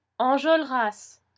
Enjolras